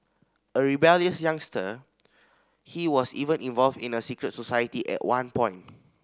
a rebellious youngster he was even involved in a secret society at one point